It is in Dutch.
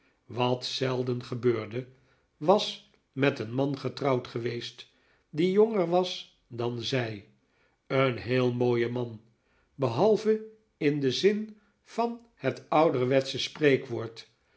was met een man getrouwd geweest die jonger was dan zij een heel mooien man behalve in den zin van het ouderwetsche spreekwoord